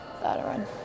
veteran